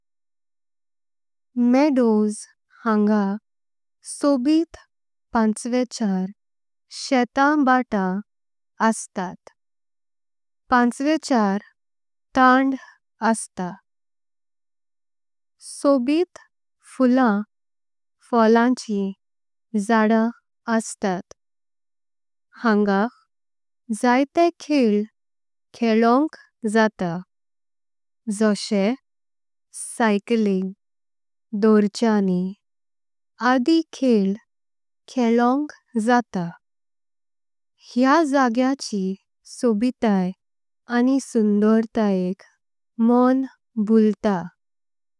मेडोज हांगा सोबित पांचवेचार शेताबतां अस्तात। पांचवेचार थांड अस्तां सोबित फुल्लां फोल्लांचें। ज़ाड्दां अस्तात हांगा जाईतें खेल कॆळ्वंक जातां। जोशे सायकलिंग धोर्चेणी आदि खेल कॆळ्वंक जातां। हेया जगेचें सोबिताई आनी सुंदोरता एक मण भुलतात।